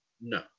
No